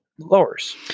lowers